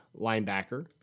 linebacker